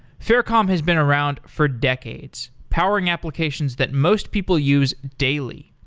faircom has been around for decades powering applications that most people use daily.